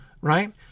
right